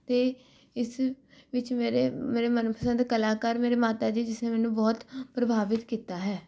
ਅਤੇ ਇਸ ਵਿੱਚ ਮੇਰੇ ਮੇਰੇ ਮਨਪਸੰਦ ਕਲਾਕਾਰ ਮੇਰੇ ਮਾਤਾ ਜੀ ਜਿਸ ਨੇ ਮੈਨੂੰ ਬਹੁਤ ਪ੍ਰਭਾਵਿਤ ਕੀਤਾ ਹੈ